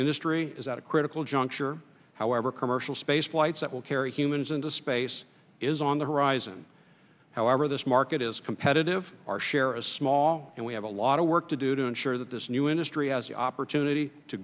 industry is at a critical juncture however commercial space flights that will carry humans into space is on the horizon however this market is competitive our share a small and we have a lot of work to do to ensure that this new industry has the opportunity to